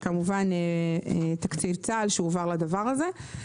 זה כמובן תקציב צה"ל שהועבר לנושא הזה.